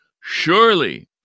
surely